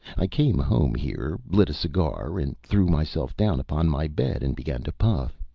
i came home here, lit a cigar, and threw myself down upon my bed and began to puff.